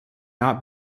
not